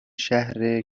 شهر